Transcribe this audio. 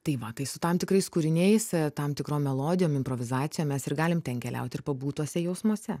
tai va tai su tam tikrais kūriniais tam tikrom melodijos improvizacijom mes ir galim ten keliaut ir pabūt tuose jausmuose